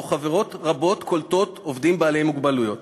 ובו חברות רבות קולטות עובדים בעלי מוגבלויות.